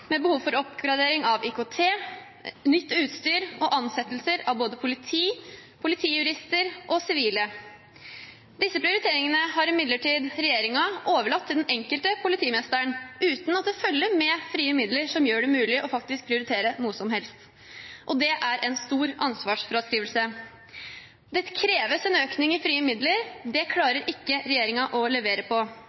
med behov for oppgradering av IKT, nytt utstyr og ansettelser av både politi, politijurister og sivile. Disse prioriteringene har regjeringen imidlertid overlatt til den enkelte politimester, uten at det følger med frie midler som gjør det mulig å prioritere noe som helst. Det er en stor ansvarsfraskrivelse. Det kreves en økning i frie midler. Det klarer ikke regjeringen å levere på.